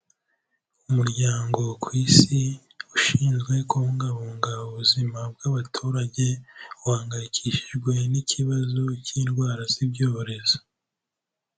Umuryango ku isi ushinzwe kubungabunga ubuzima bw'abaturage, uhangayikishijwe n'ikibazo cy'indwara z'ibyorezo.